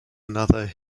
another